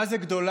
מה זה גדולה?